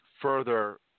further